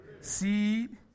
seed